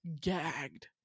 gagged